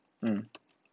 mm